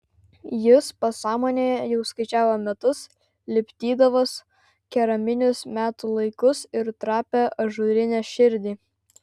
jis pasąmonėje jau skaičiavo metus lipdydamas keraminius metų laikus ir trapią ažūrinę širdį